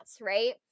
right